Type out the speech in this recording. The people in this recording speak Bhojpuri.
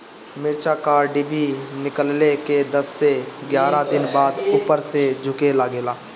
मिरचा क डिभी निकलले के दस से एग्यारह दिन बाद उपर से झुके लागेला?